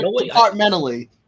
Departmentally